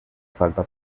falta